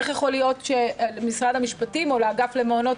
איך ייתכן - למשרד המשפטים או לאגף למעונות